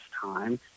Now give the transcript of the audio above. time